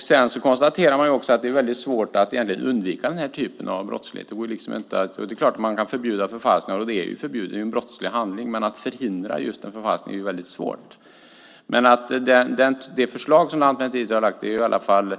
Sedan konstaterar man också att det är väldigt svårt att undvika denna typ av brottslighet. Det är klart att man kan förbjuda förfalskningar, och det är förbjudet. Det är en brottslig handling. Men att förhindra en förfalskning är väldigt svårt. Det förslag som Lantmäteriet har lagt fram innebär